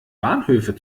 bahnhöfe